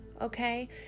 Okay